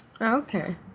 Okay